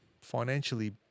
financially